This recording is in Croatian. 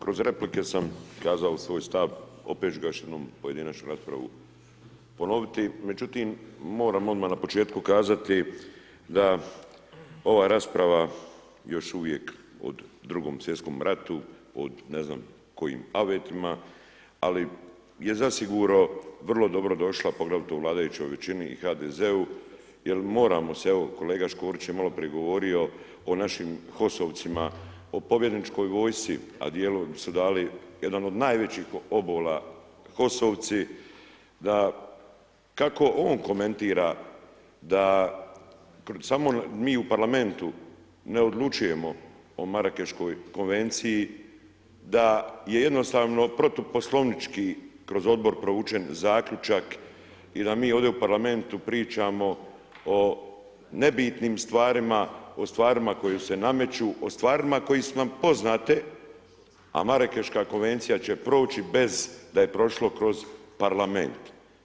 Kroz replike sam kazao svoj stav, opet ću ga još jednom pojedinačnu raspravu ponoviti, međutim moram odmah na početku kazati da ova rasprava još uvijek o Drugom svjetskom ratu, od ne znam kojim avetima, ali je zasigurno vrlo dobro došla, pogotovo vladajućom većini i HDZ-u, jer moramo se, evo, kolega Škorić je maloprije govorio o našim HOS-ovcima, o pobjedničkoj vojsci, a dijelom su dali jedan od najvećih obola, HOS-ovci, da kako on komentira da samo mi u parlamentu ne odlučujemo o Marakeškoj konvenciji, da je jednostavno protuposlovnički kroz Odbor provučen Zaključak i da mi ovdje u parlamentu pričamo o nebitnim stvarima, o stvarima koje se nameću, o stvarima koje su na poznate, a Marakeška konvencija će proći bez da je prošlo kroz parlament.